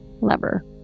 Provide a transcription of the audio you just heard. lever